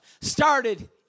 started